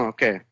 Okay